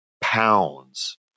pounds